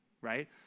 right